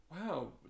Wow